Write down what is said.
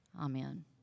Amen